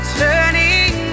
turning